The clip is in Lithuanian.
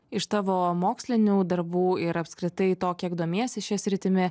iš tavo mokslinių darbų ir apskritai to kiek domiesi šia sritimi